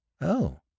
Oh